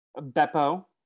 Beppo